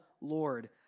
Lord